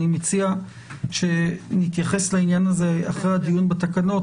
אני מציע שנתייחס לעניין הזה אחרי הדיון בתקנות,